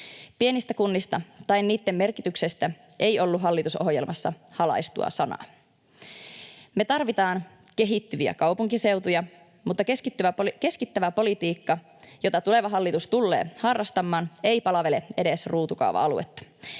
Pienistä kunnista tai niitten merkityksestä ei ollut hallitusohjelmassa halaistua sanaa. Me tarvitaan kehittyviä kaupunkiseutuja, mutta keskittävä politiikka, jota tuleva hallitus tulee harrastamaan, ei palvele edes ruutukaava-aluetta.